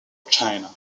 china